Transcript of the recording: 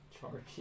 Charge